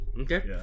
okay